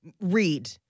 read